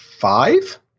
five